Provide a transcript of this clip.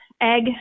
egg